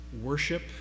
worship